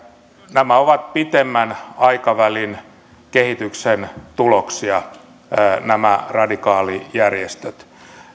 nämä ovat pitemmän aikavälin kehityksen tuloksia nämä radikaalijärjestöt